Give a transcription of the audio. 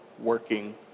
working